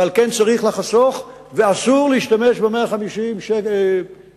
ושעל כן צריך לחסוך ואסור להשתמש ב-150